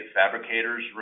fabricators